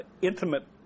intimate